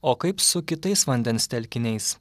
o kaip su kitais vandens telkiniais